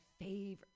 favorite